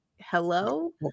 Hello